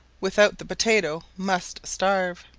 without the potatoe must starve.